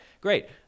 great